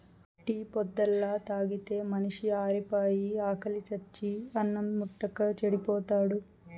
tea పొద్దల్లా తాగితే మనిషి ఆరిపాయి, ఆకిలి సచ్చి అన్నిం ముట్టక చెడిపోతాడు